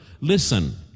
Listen